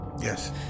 Yes